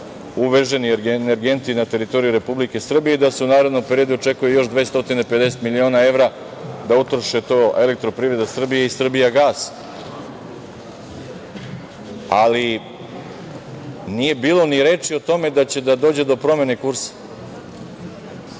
uveženi energenti na teritoriji Republike Srbije i da se u narednom periodu očekuje još 250 miliona evra da utroše „Elektroprivreda Srbije“ i „Srbijagas“, ali nije bilo ni reči o tome da će da dođe do promene kursa. To